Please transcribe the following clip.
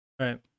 Right